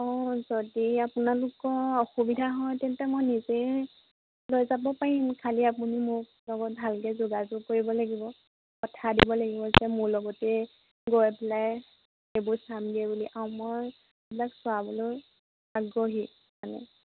অঁ যদি আপোনালোকৰ অসুবিধা হয় তেন্তে মই নিজে লৈ যাব পাৰিম খালি আপুনি মোৰ লগত ভালকৈ যোগাযোগ কৰিব লাগিব কথা দিব লাগিব যে মোৰ লগতে গৈ পেলাই এইবোৰ চামগৈ বুলি আৰু মই এইবিলাক চোৱাবলৈও আগ্ৰহী মানে